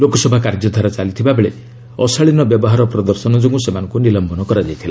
ଲୋକସଭା କାର୍ଯ୍ୟଧାରା ଚାଲିଥିବାବେଳେ ଅଶାଳୀନ ବ୍ୟବହାର ପ୍ରଦର୍ଶନ ଯୋଗୁଁ ସେମାନଙ୍କ ନିଲମ୍ବନ କରାଯାଇଥିଲା